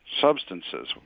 substances